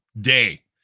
day